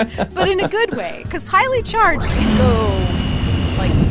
ah but in a good way because highly charged can go like,